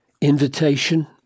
invitation